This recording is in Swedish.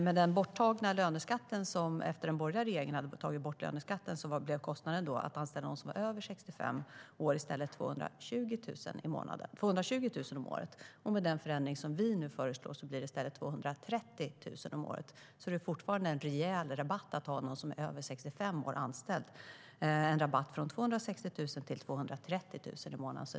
Med den löneskatt som den borgerliga regeringen tog bort blev kostnaden för att anställa någon som var över 65 år i stället 220 000 kronor om året. Med den förändring som vi nu föreslår blir denna kostnad 230 000 kronor om året. Det är fortfarande en rejäl rabatt på att ha någon som är över 65 år anställd. Det är alltså fråga om 230 000 kronor i stället för 260 000 kronor.